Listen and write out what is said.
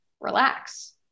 relax